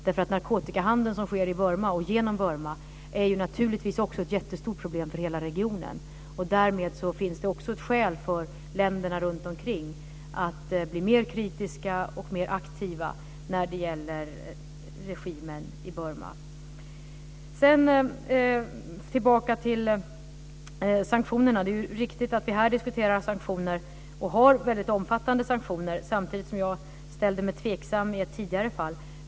Den narkotikahandel som sker i och genom Burma är förstås ett jättestort problem för hela regionen. Därmed finns det också skäl för länderna runtomkring att bli mer kritiska och mer aktiva när det gäller regimen i Burma. Det är riktigt att vi diskuterar sanktioner här, och att vi har omfattande sanktioner, samtidigt som jag ställde mig tveksam i ett tidigare fall.